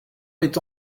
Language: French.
met